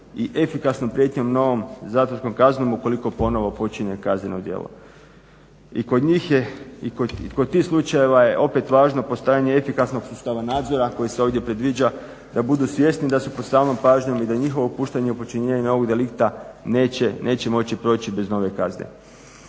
i efikasnom prijetnjom novom zatvorskom kaznom ukoliko ponovo počine kazneno djelo. I kod tih slučajeva je opet važno postavljanje efikasnog sustava nadzora koji se ovdje predviđa da budu svjesni da su pod stalnom pažnjom i da njihovo upuštanje u počinjenje novog delikta neće moći proći bez nove kazne.